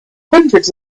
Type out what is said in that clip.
hundreds